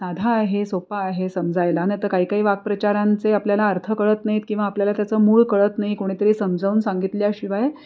साधा आहे सोपा आहे समजायला नाहीतर काही काही वाक्प्रचारांचे आपल्याला अर्थ कळत नाहीत किंवा आपल्याला त्याचं मूळ कळत नाही कोणीतरी समजावून सांगितल्याशिवाय